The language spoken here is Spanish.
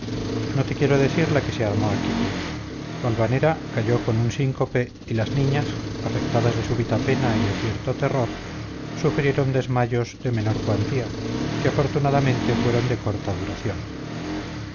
no te quiero decir la que se armó aquí valvanera cayó con un síncope y las niñas afectadas de súbita pena y de cierto terror sufrieron desmayos de menor cuantía que afortunadamente fueron de corta duración